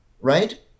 right